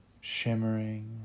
shimmering